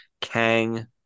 Kang